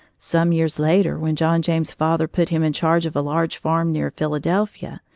some years later, when john james's father put him in charge of a large farm near philadelphia,